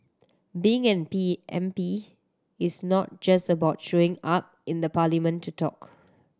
being an P M P is not just about showing up in the parliament to talk